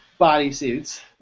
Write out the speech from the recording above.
bodysuits